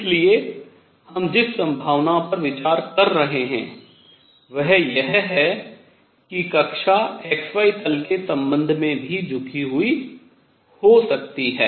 इसलिए हम जिस संभावना पर विचार कर रहे हैं वह यह है कि कक्षा xy तल के संबंध में भी झुकी हुई हो सकती है